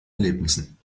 erlebnissen